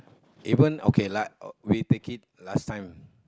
even okay like we take it last time